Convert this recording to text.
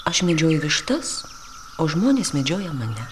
aš medžioju vištas o žmonės medžioja mane